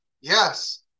Yes